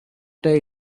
day